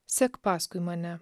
sek paskui mane